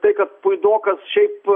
tai kad puidokas šiaip